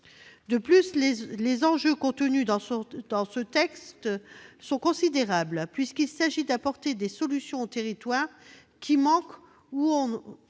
De plus, les enjeux contenus dans ce texte sont considérables, puisqu'il s'agit d'apporter des solutions aux territoires qui manquent de